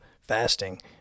fasting